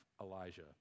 Elijah